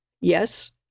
yes